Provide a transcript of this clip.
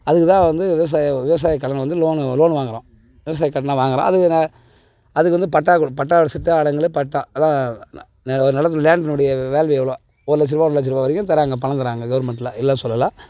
அதுக்குதான் வந்து விவசாயம் விவசாயக்கடன் வந்து லோன் லோன் வாங்குறோம் விவசாயக்கடனை வாங்குறோம் அதுக்கு அதுக்கு வந்து பட்டா கு பட்டா சித்தாளுங்களுக்கு பட்டா அதுதான் நெ நிலத்தினுடைய லேண்டினுடைய வேல்வ்யூ எவ்வளோ ஒரு லட்சரூபா ஒன்றரை லட்ச ரூபா வரைக்கும் தராங்க பணம் தராங்க கவர்மெண்ட்ல இல்லை சொல்லல